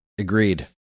agreed